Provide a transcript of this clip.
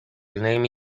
name